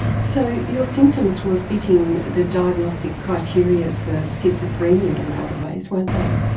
so your symptoms were fitting the diagnostic criteria for schizophrenia in a lot of ways, weren't they.